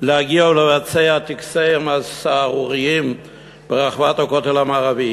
להגיע ולבצע את טקסיהן הסהרוריים ברחבת הכותל המערבי.